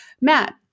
Matt